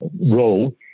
role